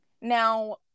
Now